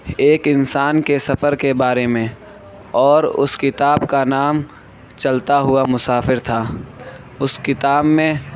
ایک انسان کے سفر کے بارے میں اور اس کتاب کا نام چلتا ہوا مسافر تھا اس کتاب میں